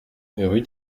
rue